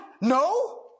No